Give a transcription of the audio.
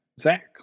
Zach